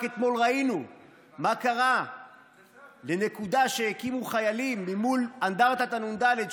רק אתמול ראינו מה קרה לנקודה שהקימו חיילים מול אנדרטת הנ"ד,